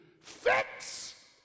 fix